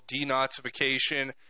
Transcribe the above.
denazification